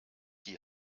die